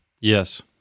Yes